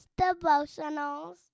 devotionals